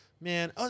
man